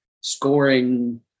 scoring